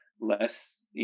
less